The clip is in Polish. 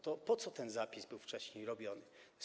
To po co ten zapis był wcześniej robiony?